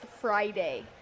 Friday